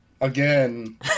again